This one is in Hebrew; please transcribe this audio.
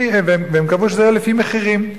והם קבעו שזה יהיה לפי מחירים,